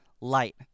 light